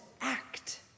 act